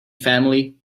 family